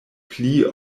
pli